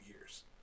years